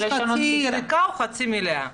הכוס חצי ריקה או חצי מלאה.